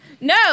No